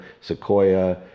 Sequoia